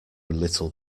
little